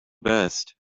best